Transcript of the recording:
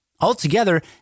Altogether